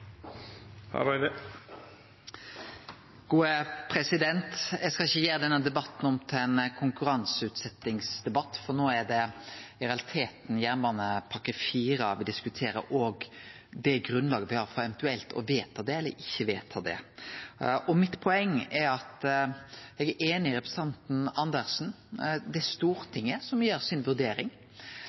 Eg skal ikkje gjere denne debatten om til ein konkurranseutsetjingsdebatt, for no er det i realiteten jernbanepakke IV me diskuterer, og det grunnlaget me har for å vedta det eller ikkje vedta det. Eg er einig med representanten Andersen i at det er Stortinget som må gjere si vurdering,